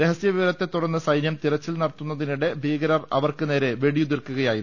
രഹസ്യ വിവരത്തെ തുടർന്ന് സൈന്യം തിരച്ചിൽ നട ത്തുന്നതിനിടെ ഭീകരർ അവർക്ക് നേരെ വെടിയുതിർക്കുകയായിരുന്നു